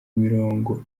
mirongo